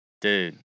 Dude